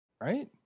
Right